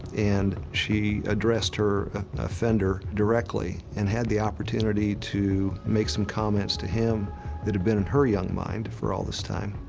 and she addressed her offender directly and had the opportunity to make some comments to him that had been in her young mind for all this time.